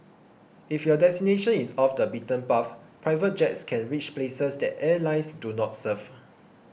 if your destination is off the beaten path private jets can reach places that airlines do not serve